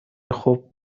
خوب